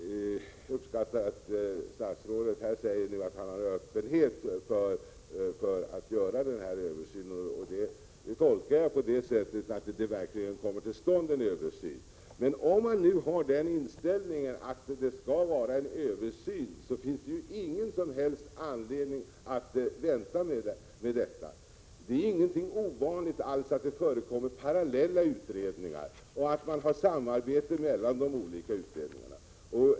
Fru talman! Jag uppskattar naturligtvis att statsrådet säger att han har en öppenhet för att göra en översyn. Det tolkar jag på det sättet att det verkligen kommer till stånd en översyn. Men om man har den inställningen att det skall vara en Översyn, finns det ingen som helst anledning att vänta med den. Det är inte alls ovanligt med parallella utredningar och att man har ett samarbete mellan de olika utredningarna.